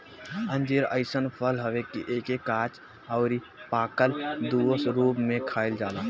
अंजीर अइसन फल हवे कि एके काच अउरी पाकल दूनो रूप में खाइल जाला